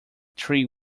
three